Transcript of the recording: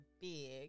big